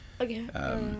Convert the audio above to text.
Okay